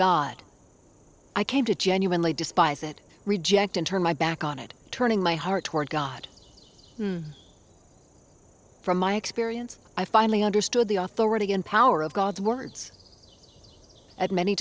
god i came to genuinely despise it reject and turn my back on it turning my heart toward god from my experience i finally understood the authority and power of god's words at many